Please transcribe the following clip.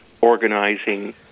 organizing